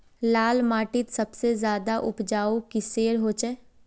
लाल माटित सबसे ज्यादा उपजाऊ किसेर होचए?